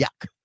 yuck